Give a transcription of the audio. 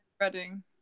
Reading